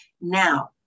Now